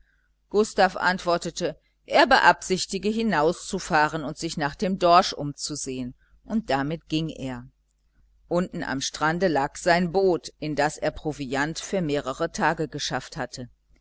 gustav antwortete er beabsichtige hinauszufahren und sich nach dem dorsch umzusehen und damit ging er unten am strande lag sein boot in das er proviant für mehrere tage geschafft hatte